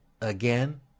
again